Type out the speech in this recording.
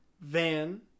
Van